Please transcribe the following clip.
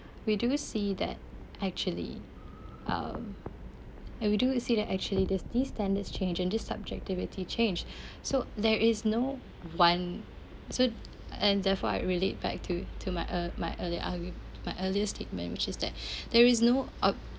we do see that actually uh and we do see that actually there's these standards changed and this subjectivity changed so there is no one so and therefore I relate back to to my uh my earlier argue~ my earlier statement which is that there is no ob~